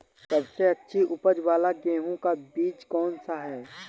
सबसे अच्छी उपज वाला गेहूँ का बीज कौन सा है?